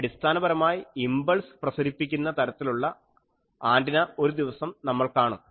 അടിസ്ഥാനപരമായി ഇംപൾസ് പ്രസരിപ്പിക്കുന്ന തരത്തിലുള്ള ആൻറിന ഒരു ദിവസം നമ്മൾ കാണും